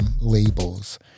Labels